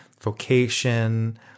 vocation